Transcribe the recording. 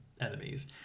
enemies